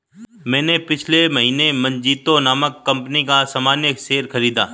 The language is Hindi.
मैंने पिछले महीने मजीतो नामक कंपनी में सामान्य शेयर खरीदा